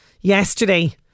yesterday